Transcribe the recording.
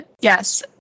Yes